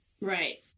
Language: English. Right